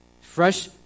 fresh